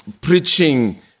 preaching